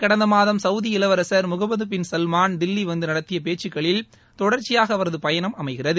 கடந்த மாதம் சவுதி இளவரசா் முகமது பின் சல்மாள தில்லி வந்து நடத்திய பேச்சுகளில் தொடர்ச்சியாக அவரது பயணம் அமைகிறது